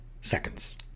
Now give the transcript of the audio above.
seconds